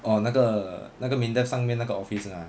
orh 那个那个 MINDEF 上面那个 office lah